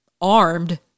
armed